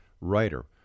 writer